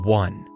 one